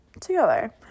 together